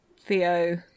Theo